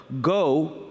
Go